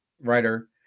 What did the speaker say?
writer